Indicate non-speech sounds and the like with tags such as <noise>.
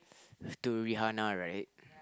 <breath> to Rihanna right